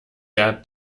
der